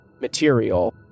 material